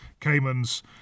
Caymans